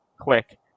click